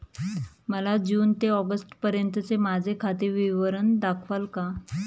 मला जून ते ऑगस्टपर्यंतचे माझे खाते विवरण दाखवाल का?